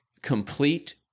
complete